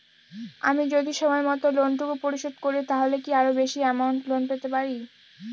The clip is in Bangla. আমি যদি সময় মত লোন টুকু পরিশোধ করি তাহলে কি আরো বেশি আমৌন্ট লোন পেতে পাড়ি?